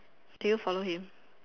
did you follow him